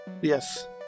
Yes